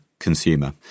consumer